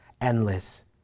endless